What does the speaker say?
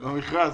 במכרז.